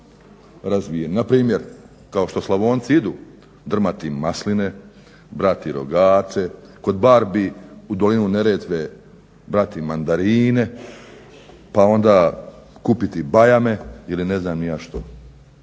Npr. kao što Slavonci idu drmati masline, brati rogače, kod barbi u dolini Neretve brati mandarine, pa onda kupiti bajame ili ne znam ni ja što.